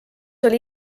oli